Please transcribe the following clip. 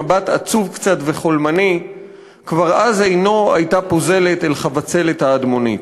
מבט עצוב קצת וחולמני / כבר אז עינו הייתה פוזלת / אל חבצלת האדמונית.